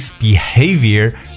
behavior